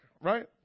right